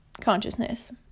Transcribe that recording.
consciousness